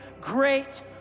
great